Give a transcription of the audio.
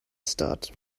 start